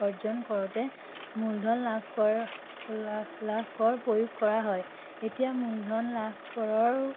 অৰ্জন কৰোঁতে মূলধন লাভ কৰ লাভ কৰ প্ৰয়োগ কৰা হয় এতিয়া মূলধন লাভ কৰৰ